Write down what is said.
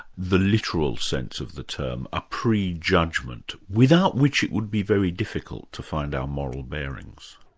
the literal sense of the term a pre-judgment, without which it would be very difficult to find our moral bearings.